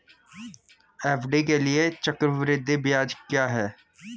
FD के लिए चक्रवृद्धि ब्याज क्या है?